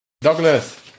Douglas